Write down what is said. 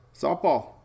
softball